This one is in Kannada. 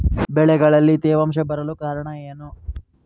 ಬೆಳೆಗಳಲ್ಲಿ ತೇವಾಂಶ ಬರಲು ಕಾರಣ ಏನು?